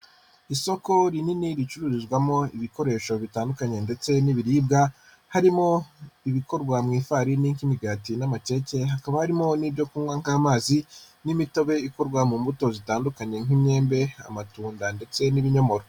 Isoko rinini ricururizwamo ibikoresho bitandukanye ndetse n'ibiribwa, harimo ibikorwa mu ifarini nk'imigati n'amakeke, hakaba harimo n'ibyo kunywa nk'amazi n'imitobe, ikorwa mu mbuto zitandukanye nk'imyembe, amatunda ndetse n'ibinyomoro.